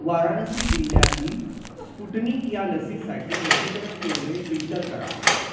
वाराणसी जिल्ह्यातील स्पुटनिक या लसीसाठी लसीकरण केंद्रे फिल्टर करा